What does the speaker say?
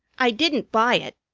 i didn't buy it.